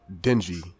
dingy